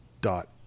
dot